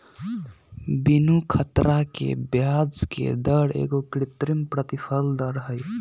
बीनू ख़तरा के ब्याजके दर एगो कृत्रिम प्रतिफल दर हई